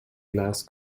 glass